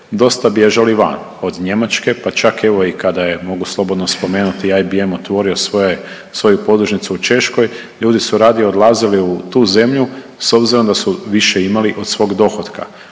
dosta bježali van, od Njemačke, pa čak evo i kada je, mogu slobodno spomenuti, IBM otvorio svoje, svoju podružnicu u Češkoj, ljudi su radije odlazili u tu zemlju s obzirom da su više imali od svog dohotka.